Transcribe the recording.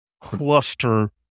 cluster